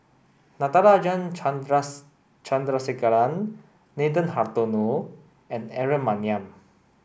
Natarajan Chandrasekaran Nathan Hartono and Aaron Maniam